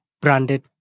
branded